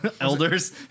elders